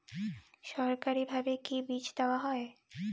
সরকারিভাবে কি বীজ দেওয়া হয়?